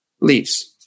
leaves